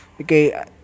Okay